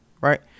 right